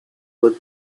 woot